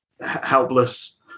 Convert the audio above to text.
helpless